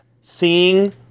seeing